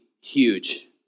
huge